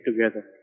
together